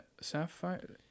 Sapphire